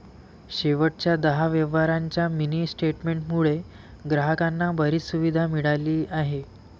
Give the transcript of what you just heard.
शेवटच्या दहा व्यवहारांच्या मिनी स्टेटमेंट मुळे ग्राहकांना बरीच सुविधा मिळाली आहे